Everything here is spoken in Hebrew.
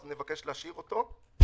אז אני מבקש להשאיר אותו.